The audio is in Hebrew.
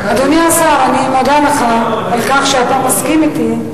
אדוני השר, אני מודה לך על כך שאתה מסכים אתי.